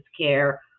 care